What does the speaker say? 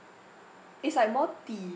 it's like more tea